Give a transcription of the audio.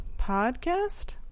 Podcast